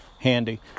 handy